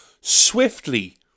Swiftly